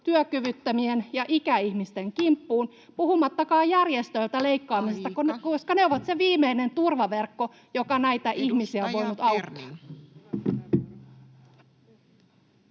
työkyvyttömien ja ikäihmisten kimppuun, puhumattakaan järjestöiltä leikkaamisesta, [Puhemies: Aika!] koska ne ovat se viimeinen turvaverkko, joka näitä ihmisiä on voinut auttaa.